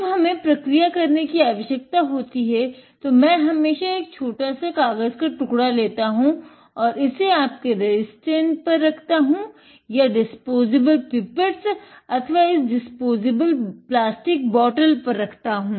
जब हमे प्रक्रिया करने की आवशयकता होती है मै हमेश एक छोटा सा कागज़ का टुकड़ा लेता हूँ इसे आपके रेसिस्ट पर रखता हूँ